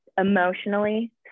emotionally